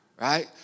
Right